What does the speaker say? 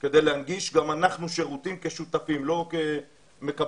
כדי להנגיש גם אנחנו שירותים כשותפים ולא כמקבלים,